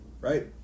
right